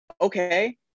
Okay